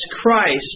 Christ